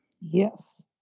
Yes